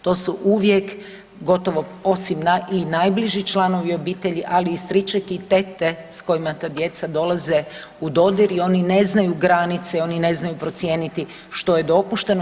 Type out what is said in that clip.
To su uvijek gotovo osim i najbliži članovi obitelji, ali i stričeki i tete s kojima ta djeca dolaze u dodir i oni ne znaju granice i oni ne znaju procijeniti što je dopušteno.